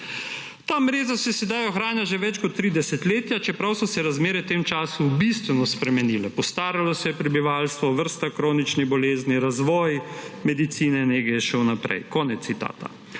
»Ta mreža se sedaj ohranja že več kot tri desetletja, čeprav so se razmere v tem času bistveno spremenile. Postaralo se je prebivalstvo, vrsta kroničnih bolezni, razvoj medicine, nege je šel naprej.« Konec citata.